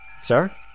Sir